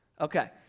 Okay